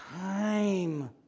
time